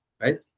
right